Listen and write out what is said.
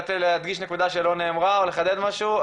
להדגיש נקודה שלא נאמרה או לחדד משהו,